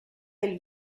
del